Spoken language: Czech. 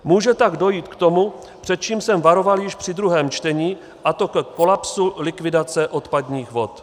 Může tak dojít k tomu, před čím jsem varoval již při druhém čtení, a to ke kolapsu likvidace odpadních vod.